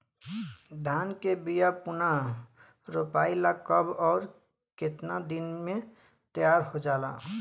धान के बिया पुनः रोपाई ला कब और केतना दिन में तैयार होजाला?